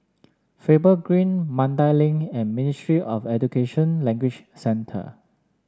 Faber Green Mandai Link and Ministry of Education Language Centre